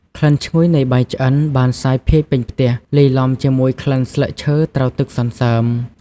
ក្លិនឈ្ងុយនៃបាយឆ្អិនបានសាយភាយពេញផ្ទះ លាយឡំជាមួយក្លិនស្លឹកឈើត្រូវទឹកសន្សើម។